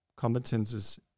competences